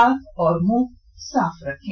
हाथ और मुंह साफ रखें